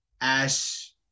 Ash